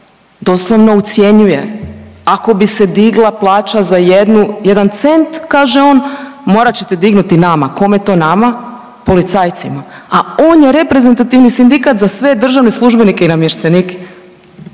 doslovno ucjenjuje ako bi se digla plaća za jednu, jedan cent kaže on morat ćete dignuti i nama, kome to nama, policajcima, a on je reprezentativni sindikat za sve državne službenike i namještenike,